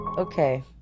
Okay